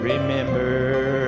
Remember